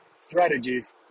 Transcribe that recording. strategies